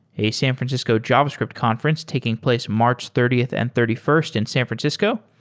a san francisco javascript conference taking place march thirtieth and thirty first in san francisco.